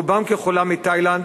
רובם ככולם מתאילנד,